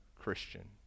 Christian